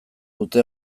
dute